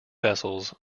vessels